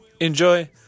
enjoy